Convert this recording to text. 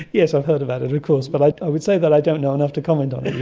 yes, i've heard about it of course, but i would say that i don't know enough to comment on it